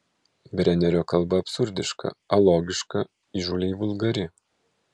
brenerio kalba absurdiška alogiška įžūliai vulgari